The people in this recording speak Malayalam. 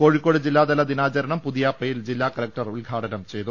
കോഴിക്കോട് ജില്ലാതല ദിനാ ചരണം പുതിയാപ്പയിൽ ജില്ലാ കലക്ടർ ഉദ്ഘാടനം ചെയ്തു